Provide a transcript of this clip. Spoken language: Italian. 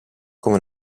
come